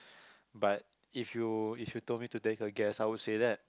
but if you if you told me to take a guess I would say that